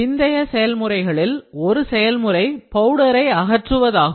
பிந்தைய செயல்முறைகளில் ஒரு செயல்முறை பவுடரை அகற்றுவதாகும்